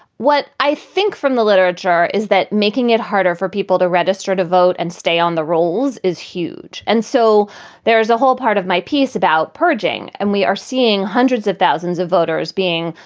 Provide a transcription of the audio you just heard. what i think from the literature is that making it harder for people to register to vote and stay on the rolls is huge. and so there is a whole part of my piece about purging and we are seeing hundreds of thousands of voters being,